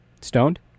Stoned